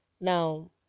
now